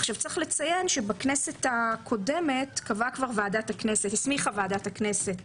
צריך לציין שבכנסת הקודמת הסמיכה ועדת הכנסת